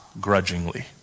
grudgingly